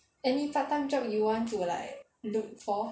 any part time job you want to like look for